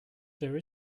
there